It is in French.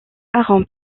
aaron